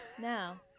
now